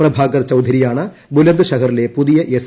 പ്രഭാകർ ചൌധരിയാണ് ബുലന്ദ് ഷഹറിലെ പുതിയ എസ്